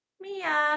Mia